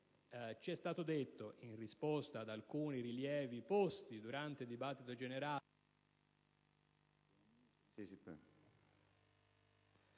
Ci è stato detto, in risposta ad alcuni rilievi posti durante il dibattito generale